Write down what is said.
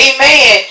Amen